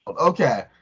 Okay